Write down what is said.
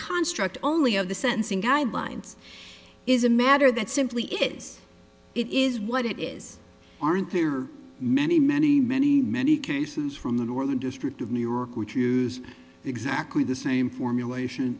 construct only of the sentencing guidelines is a matter that simply is it is what it is aren't there are many many many many cases from the northern district of new york which use exactly the same formulation